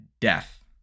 death